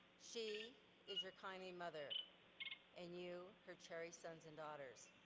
she is your kindly mother and you her cherry sons and daughters.